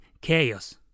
chaos